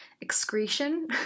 excretion